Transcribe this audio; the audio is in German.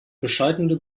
bescheidene